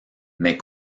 mais